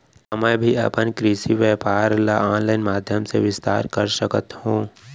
का मैं भी अपन कृषि व्यापार ल ऑनलाइन माधयम से विस्तार कर सकत हो?